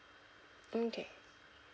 okay